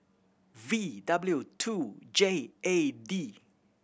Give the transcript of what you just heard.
V W two J A D